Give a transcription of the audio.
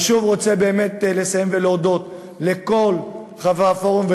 אני רוצה לסיים ושוב להודות לכל חברי הפורום,